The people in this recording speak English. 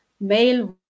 male